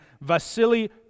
Vasily